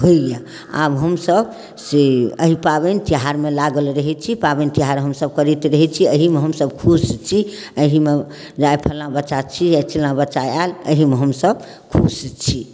होइया आब हमसब से एहि पाबनि तिहार मे लागल रहै छी पाबनि तिहार हमसब करैत रहै छी एहि मे हमसब खुश छी एहि मे जे आइ फल्लाँ बच्चा छियै आइ चिल्लाँ बच्चा आएल एहि मे हमसब खुश छी